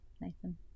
Nathan